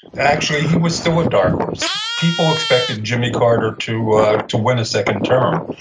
actually, he was still a dark horse. people expected jimmy carter to ah to win a second term.